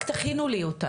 רק תכינו לי אותה,